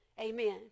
amen